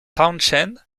townshend